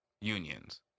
unions